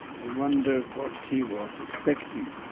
i wonder what he was expecting.